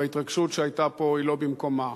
וההתרגשות שהיתה פה היא לא במקומה.